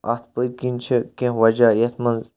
اَتھ پٔتکِنۍ چھِ کینٛہہ وَجہ یَتھ منٛز